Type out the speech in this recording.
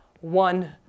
one